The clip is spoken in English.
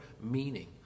meaning